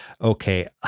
okay